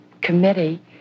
committee